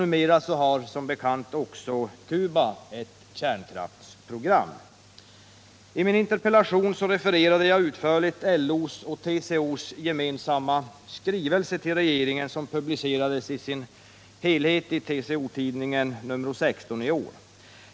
Numera har som bekant också Cuba ett kärnkraftsprogram. I min interpellation refererade jag utförligt LO:s och TCO:s gemensamma skrivelse till regeringen, som publicerades i sin helhet i TCO Tidningen nr 16 i år.